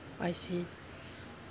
I see